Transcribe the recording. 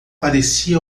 parecia